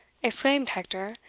exclaimed hector,